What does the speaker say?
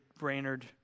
Brainerd